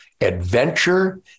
adventure